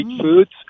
Foods